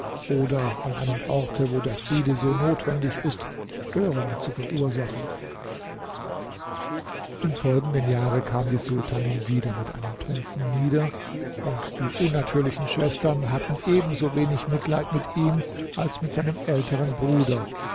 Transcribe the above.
oder an einem orte wo der friede so notwendig ist störung zu verursachen im folgenden jahre kam die sultanin wieder mit einem prinzen nieder und die unnatürlichen schwestern hatten ebenso wenig mitleid mit ihm als mit seinem älteren bruder